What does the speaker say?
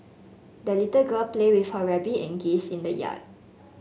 the little girl played with her rabbit and geese in the yard